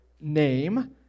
name